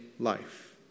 Life